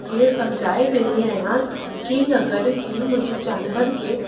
हीअ समझाए वेंदी आयांसि की अगरि ही मुंहिंजे जानवर खे